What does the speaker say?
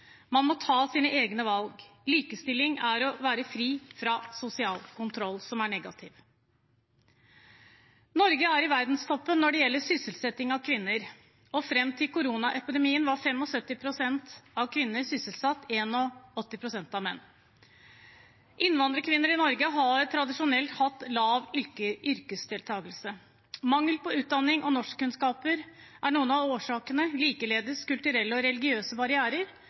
Man må ta sine egne valg. Likestilling er å være fri fra sosial kontroll, som er negativt. Norge er i verdenstoppen når det gjelder sysselsetting av kvinner. Fram til koronaepidemien var 75 pst. av kvinner og 81 pst av menn sysselsatt. Innvandrerkvinner i Norge har tradisjonelt hatt lav yrkesdeltakelse. Mangel på utdanning og norskkunnskaper er noen av årsakene, likeledes kulturelle og religiøse barrierer